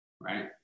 Right